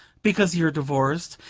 because you're divorced.